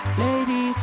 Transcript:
lady